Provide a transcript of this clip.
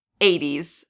80s